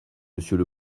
monsieur